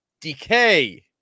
decay